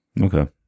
Okay